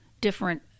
different